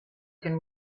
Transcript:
can